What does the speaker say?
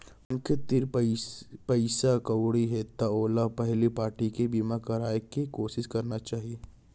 मनसे तीर पइसा कउड़ी हे त ओला पहिली पारटी के बीमा कराय के कोसिस करना चाही